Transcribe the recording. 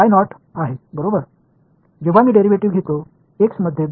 எனவே நான் x இல் இரண்டு டிரைவேடிவ் களை எடுக்கும்போது எனக்கு என்ன கிடைக்கும்